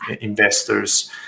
investors